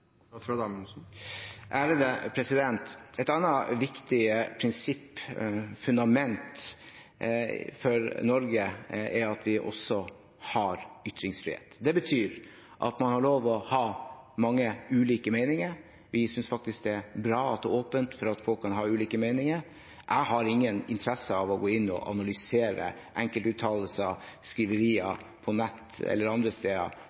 Et annet viktig prinsipp, fundament, for Norge er at vi også har ytringsfrihet. Det betyr at man har lov å ha mange ulike meninger – vi synes faktisk det er bra at det er åpent for at folk kan ha ulike meninger. Jeg har ingen interesse av å gå inn og analysere enkeltuttalelser, skriverier, på nettet eller andre steder